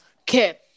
Okay